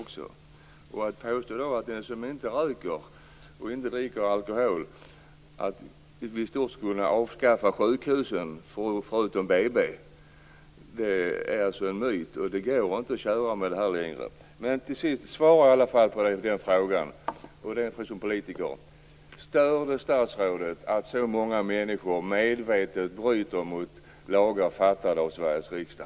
Att påstå att vi skulle kunna avskaffa sjukhusen, förutom BB, om det inte fanns någon som rökte eller drack alkohol är alltså en myt. Det går inte längre att köra med det här. Till sist hoppas jag ändå att statsrådet kan svara på min fråga. Stör det statsrådet att så många människor medvetet bryter mot lagar stiftade av Sveriges riksdag?